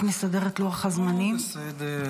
בבקשה.